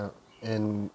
and